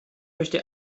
möchte